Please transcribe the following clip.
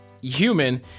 human